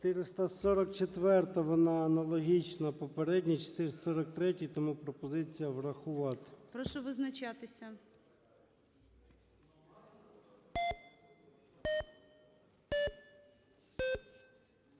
444-а, вона аналогічна попередній, 443-й, тому пропозиція врахувати. ГОЛОВУЮЧИЙ. Прошу визначатися.